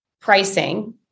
pricing